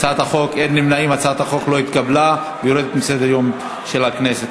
הצעת החוק לא נתקבלה ותרד מסדר-יומה של הכנסת.